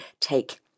take